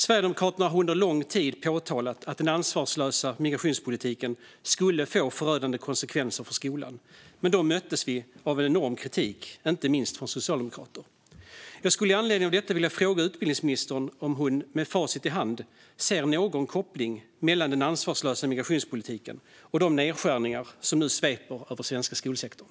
Sverigedemokraterna har under lång tid påtalat att den ansvarslösa migrationspolitiken skulle få förödande konsekvenser för skolan. Vi möttes av enorm kritik inte minst från Socialdemokraterna. Jag skulle med anledning av detta vilja fråga utbildningsministern om hon med facit i hand ser någon koppling mellan den ansvarslösa migrationspolitiken och de nedskärningar som nu sveper över den svenska skolsektorn.